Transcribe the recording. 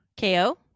KO